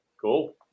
Cool